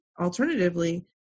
alternatively